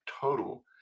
total